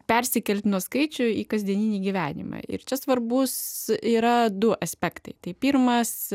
persikelti nuo skaičių į kasdieninį gyvenimą ir čia svarbus yra du aspektai tai pirmas